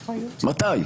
מתי?